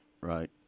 Right